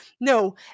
No